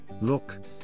look